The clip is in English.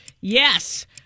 Yes